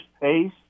pace